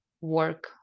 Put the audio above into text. work